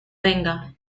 venga